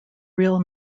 real